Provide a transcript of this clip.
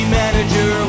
manager